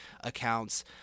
accounts